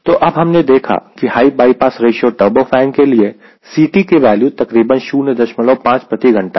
तो अब हमने देखा है कि हाई बाईपास रेश्यो टर्बोफन के लिए Ct की वैल्यू तकरीबन 05 प्रति घंटा है